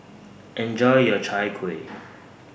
Enjoy your Chai Kueh